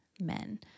men